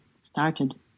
started